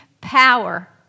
power